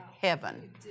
heaven